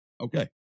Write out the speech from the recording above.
Okay